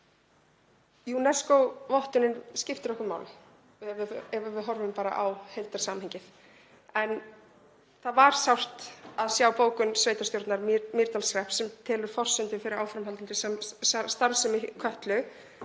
UNESCO-vottunin skiptir okkur máli ef við horfum bara á heildarsamhengið. Það var sárt að sjá bókun sveitarstjórnar Mýrdalshrepps sem telur forsendur fyrir áframhaldandi starfsemi Kötlu